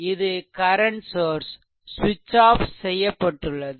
இது current source ஸ்விட்ச் off செய்யப்பட்டுள்ளது